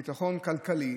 ביטחון כלכלי,